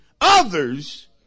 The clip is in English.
others